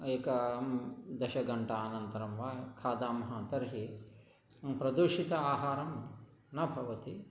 एकं दशगण्टानन्तरं वा खादामः तर्हि प्रदूषितम् आहारं न भवति